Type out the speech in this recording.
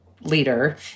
leader